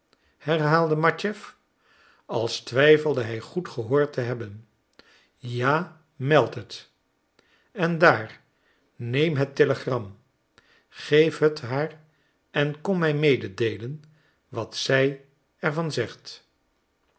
herhaalde matjeff als twijfelde hij goed gehoord te hebben ja meld het en daar neem het telegram geef het haar en kom mij mededeelen wat zij er van zegt